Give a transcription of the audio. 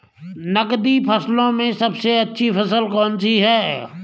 नकदी फसलों में सबसे अच्छी फसल कौन सी है?